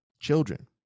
children